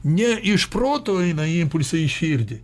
ne iš proto eina impulsai į širdį